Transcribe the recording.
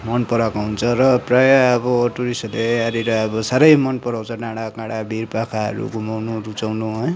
मन पराएको हुन्छ र प्राय अब टुरिस्टहरूले यहाँनिर अब सारै मन पराउँछ डाँडाकाँडा भिर पाखाहरू घुमाउनु रुचाउनु है